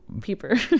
Peeper